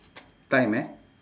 time eh